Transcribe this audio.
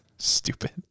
Stupid